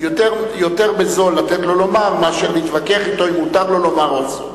יותר זול לתת לו לומר מאשר להתווכח אתו אם מותר לו לומר או אסור.